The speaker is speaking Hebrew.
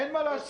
אין מה לעשות.